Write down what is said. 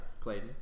Clayton